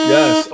Yes